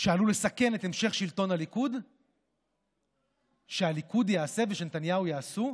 שעלול לסכן את המשך שלטון הליכוד שהליכוד יעשה ושנתניהו יעשה,